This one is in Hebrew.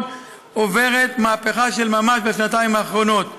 עוברת מהפכה של ממש בשנתיים האחרונות.